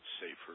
safer